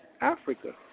Africa